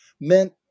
meant